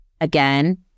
again